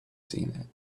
seen